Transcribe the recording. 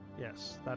Yes